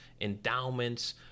endowments